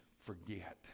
forget